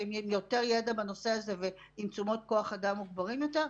שהן עם יותר ידע בנושא הזה ועם תשומות כוח אדם מוגברות יותר,